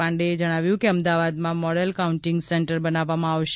પાંડેએ જણાવ્યું કે અમદાવાદમાં મોડલ કાઉન્ટીંગ સેન્ટર બનાવવામાં આવશે